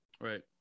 right